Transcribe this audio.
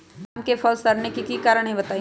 आम क फल म सरने कि कारण हई बताई?